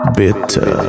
bitter